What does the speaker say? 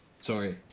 Sorry